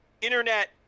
internet